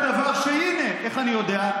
הבאת דבר, והינה, איך אני יודע?